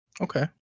okay